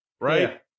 Right